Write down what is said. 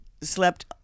slept